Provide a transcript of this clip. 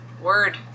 Word